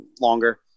longer